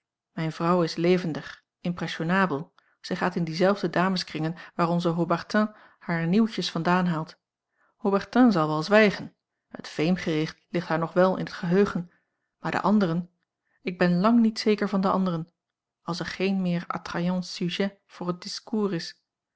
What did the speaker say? mijne vrouw is levendig impressionabel zij gaat in diezelfde dameskringen waar onze haubertin hare nieuwtjes vandaan haalt haubertin zal wel zwijgen het veemgericht ligt haar nog wel in het geheugen maar de anderen ik ben lang niet zeker van de anderen als er geen meer attrayant sujet voor het discours is